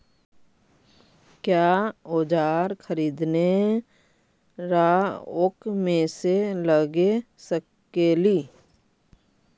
क्या ओजार खरीदने ड़ाओकमेसे लगे सकेली?